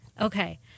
Okay